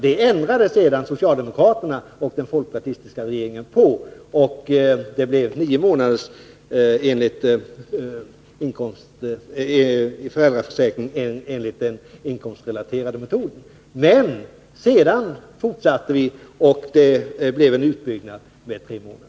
Det ändrade man sedan på från socialdemokraternas och den folkpartistiska regeringens sida, och det blev nio månaders föräldraförsäkring enligt den inkomstrelaterade metoden. Men vi fortsatte med våra krav, och det blev en utbyggnad med tre månader.